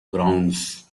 grounds